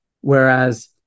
Whereas